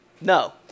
No